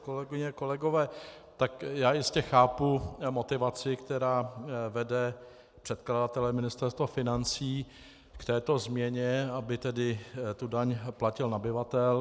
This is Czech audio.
Kolegyně, kolegové, já jistě chápu motivaci, která vede předkladatele, Ministerstvo financí, k této změně, aby tu daň platil nabyvatel.